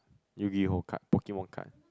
Yu Gi Oh card Pokemon card